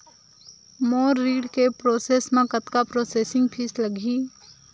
मोर ऋण के प्रोसेस म कतका प्रोसेसिंग फीस लगही?